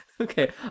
Okay